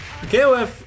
KOF